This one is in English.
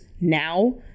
now